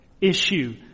issue